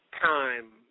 time